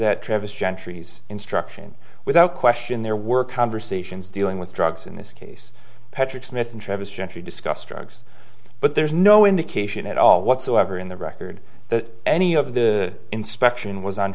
gentry's instruction without question there were conversations dealing with drugs in this case patrick smith and travis gentry discuss drugs but there's no indication at all whatsoever in the record that any of the inspection was on